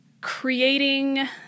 creating